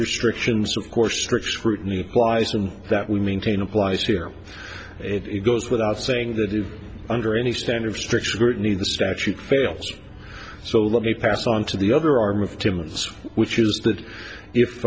restrictions of course strict scrutiny wizened that we maintain applies here it goes without saying that if under any standard stricture scrutiny the statute fails so let me pass on to the other arm of timorous which is that if